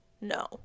no